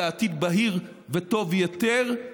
לעתיד בהיר וטוב יותר.